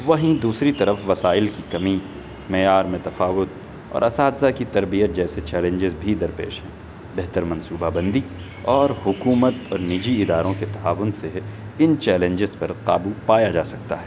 وہیں دوسری طرف وسائل کی کمی معیار میں تفاوت اور اساتذہ کی تربیت جیسے چیلنجیز بھی درپیش ہیں بہتر منصوبہ بندی اور حکومت اور نجی اداروں کے تعاون سے ان چیلنجیز پر قابو پایا جا سکتا ہے